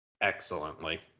excellently